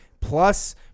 plus